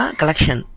collection